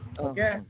Okay